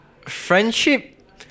friendship